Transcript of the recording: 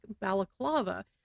balaclava